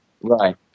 Right